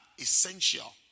essential